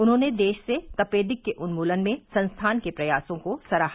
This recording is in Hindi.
उन्होंने देश से तपेदिक के उन्मूलन में संस्थान के प्रयासों को सराहा